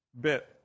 bit